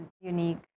unique